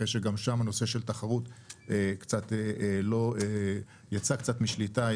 אחרי שגם שם הנושא של תחרות יצא קצת משליטה.